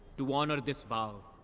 to honor this vow,